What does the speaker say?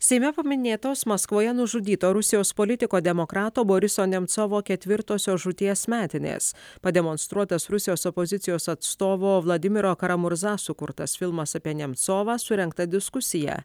seime paminėtos maskvoje nužudyto rusijos politiko demokrato boriso nemcovo ketvirtosios žūties metinės pademonstruotas rusijos opozicijos atstovo vladimiro karamurza sukurtas filmas apie nemcovą surengtą diskusiją